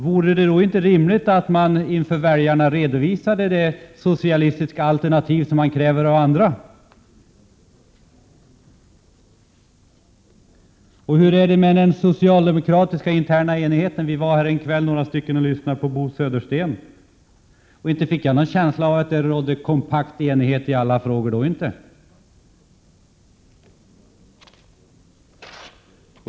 Vore det då inte rimligt att man inför väljarna redovisade ett socialistiskt alternativ innan man kräver motsvarande av andra? Och hur är det med den socialdemokratiska interna enigheten? Vi var några stycken som häromkvällen lyssnade på Bo Södersten. Inte fick jag då en känsla av att det råder kompakt enighet i alla frågor.